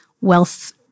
wealth